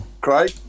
Craig